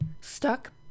Stuck